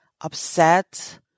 upset